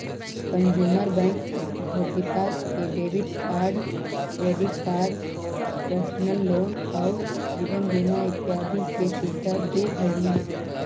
consumer bank उपभोक्ता के debit card, credit card, personal loan आउ जीवन बीमा इत्यादि के सुविधा दे हइ